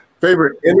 Favorite